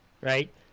right